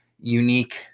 unique